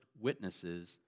witnesses